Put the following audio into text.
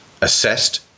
Assessed